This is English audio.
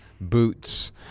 boots